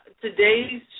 today's